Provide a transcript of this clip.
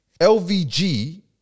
LVG